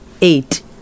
eight